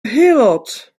heelot